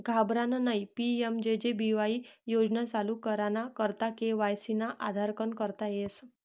घाबरानं नयी PMJJBY योजना चालू कराना करता के.वाय.सी ना आधारकन करता येस